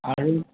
আৰু